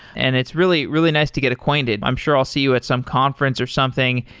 and it's really really nice to get acquainted. i'm sure i'll see you at some conference or something,